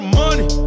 money